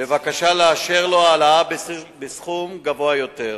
בבקשה לאשר לו העלאה בסכום גבוה יותר.